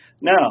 now